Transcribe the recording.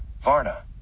Varna